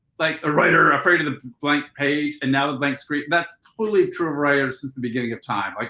like a writer afraid of the blank page and now the blank screen that's totally true of writers since the beginning of time. like